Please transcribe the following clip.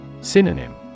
Synonym